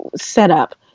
setup